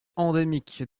endémique